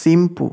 Chimpu